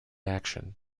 action